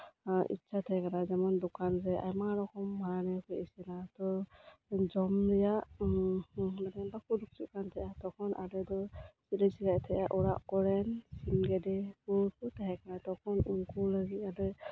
ᱤᱪᱪᱷᱟ ᱛᱟᱦᱮᱸ ᱠᱟᱱᱟ ᱡᱮᱢᱚᱱ ᱫᱚᱠᱟᱱ ᱨᱮ ᱟᱭᱢᱟ ᱨᱚᱠᱚᱢ ᱦᱟᱱᱟ ᱱᱤᱭᱟᱹᱠᱚ ᱤᱥᱤᱱᱟ ᱛᱚ ᱡᱚᱢ ᱨᱮᱭᱟᱜ ᱩᱱᱟᱹᱜ ᱫᱤᱱ ᱵᱟᱠᱚ ᱩᱰᱩᱠ ᱦᱚᱪᱚᱣᱟᱜ ᱠᱟᱱ ᱛᱟᱦᱮᱸᱱᱟ ᱛᱚᱠᱷᱚᱱ ᱟᱞᱮᱫᱚ ᱪᱮᱫ ᱞᱮ ᱪᱮᱠᱟᱭᱮᱫ ᱛᱟᱦᱮᱸᱫᱼᱟ ᱚᱲᱟᱜ ᱠᱚᱨᱮᱱ ᱥᱤᱢ ᱜᱮᱰᱮ ᱠᱚᱠᱚ ᱛᱟᱦᱮᱸ ᱠᱟᱱᱟ ᱛᱚᱠᱷᱚᱱ ᱩᱱᱠᱩ ᱞᱟᱹᱜᱤᱫ ᱟᱞᱮ